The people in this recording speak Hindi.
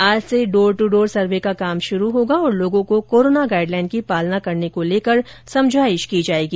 आज से डोर ट्र डोर सर्वे का काम शुरू होगा और लोगों को कोरोना गाइड लाइन की पालना करने को लेकर समझाइश की जाएगी